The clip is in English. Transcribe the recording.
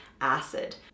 acid